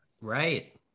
right